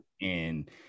And-